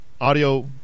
audio